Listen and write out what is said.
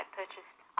purchased